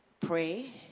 pray